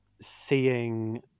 seeing